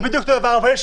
אבל כן יש